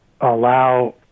allow